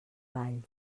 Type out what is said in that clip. vall